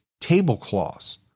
tablecloths